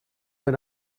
but